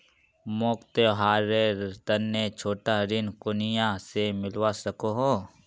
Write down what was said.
मोक त्योहारेर तने छोटा ऋण कुनियाँ से मिलवा सको हो?